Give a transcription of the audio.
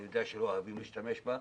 אני יודע שלא אוהבים להשתמש בה,